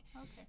okay